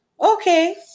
Okay